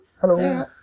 hello